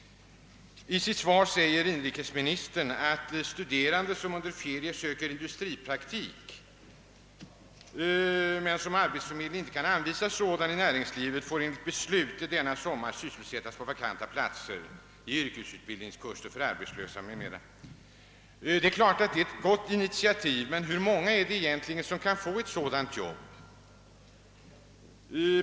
I sitt svar säger inrikesministern: »Studerande, som under ferierna söker industripraktik men som av arbetsförmedlingen inte kan anvisas sådan inom näringslivet, får — enligt beslut av Kungl. Maj:t — denna sommar sysselsättas på vakanta platser i yrkesutbildningskurser för arbetslösa m.fl.» Det är ett bra initiativ! Men hur många är det egentligen som kan få ett sådant arbete?